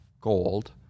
gold